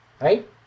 right